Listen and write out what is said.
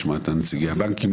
נשמע את נציגי הבנקים,